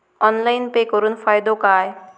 Online pay करुन फायदो काय?